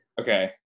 Okay